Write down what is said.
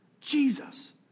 Jesus